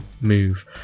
move